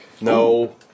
No